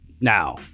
now